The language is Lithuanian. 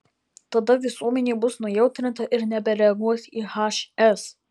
tada visuomenė bus nujautrinta ir nebereaguos į hs